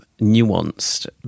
nuanced